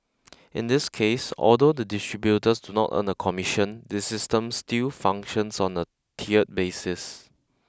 in this case although the distributors do not earn a commission the system still functions on a tiered basis